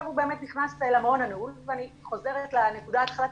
באמת הוא נכנס למעון הנעול ואני חוזרת לנקודה ההתחלתית,